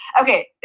Okay